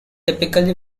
typically